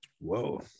Whoa